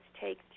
take